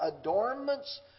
adornments